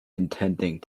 intending